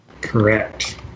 Correct